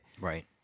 Right